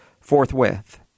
forthwith